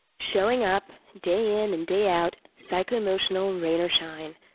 showing up, day in and day out, so like pyschoemotional, rain or shine.